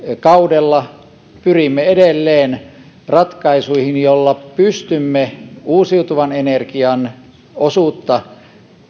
kaudella pyrimme edelleen ratkaisuihin joilla pystymme uusiutuvan energian osuutta